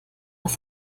das